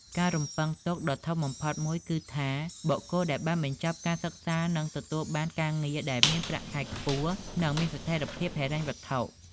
ការរំពឹងទុកដ៏ធំបំផុតមួយគឺថា បុគ្គលដែលបានបញ្ចប់ការសិក្សានឹងទទួលបានការងារដែលមានប្រាក់ខែខ្ពស់ និងមានស្ថិរភាពហិរញ្ញវត្ថុ។